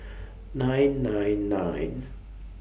nine nine nine